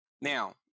Now